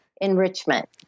enrichment